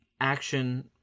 action